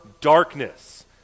darkness